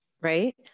right